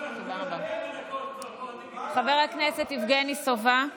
חבר הכנסת יבגני סובה.